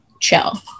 chill